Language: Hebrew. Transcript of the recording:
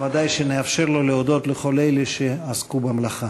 ודאי נאפשר לו להודות לכל אלה שעסקו במלאכה.